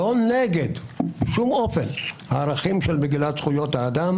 לא נגד, בשום אופן, הערכים של מגילת זכויות האדם.